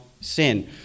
sin